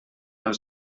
els